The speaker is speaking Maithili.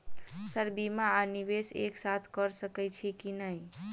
सर बीमा आ निवेश एक साथ करऽ सकै छी की न ई?